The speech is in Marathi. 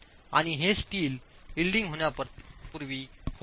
आणि हे स्टील ईल्डिंग होण्यापूर्वी होईल